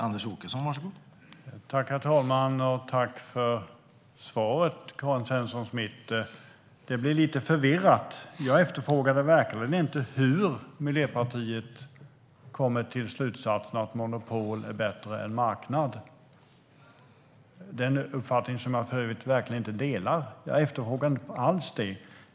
Herr talman! Tack för svaret, Karin Svensson Smith! Det blev lite förvirrat. Jag frågade inte hur Miljöpartiet kommit till slutsatsen att monopol är bättre än marknad - en uppfattning som jag för övrigt verkligen inte delar. Jag frågade inte alls det.